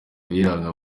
kayiranga